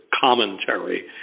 commentary